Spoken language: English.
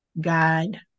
God